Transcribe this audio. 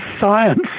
science